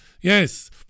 Yes